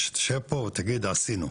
שתשב פה ותגיד עשינו.